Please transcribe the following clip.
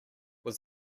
was